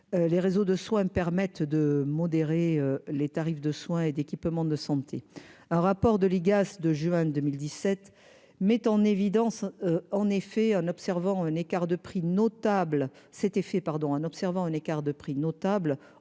Les réseaux de soins permettent de modérer les tarifs de soins et d'équipements de santé un rapport de l'IGAS de juin 2017 mettent en évidence, en effet, en observant un écart de prix notable